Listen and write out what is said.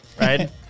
right